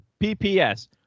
PPS